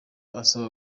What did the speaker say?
asaba